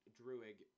druid